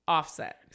Offset